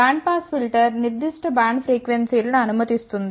band pass filter నిర్దిష్ట band frequency లని అనుమతిస్తుంది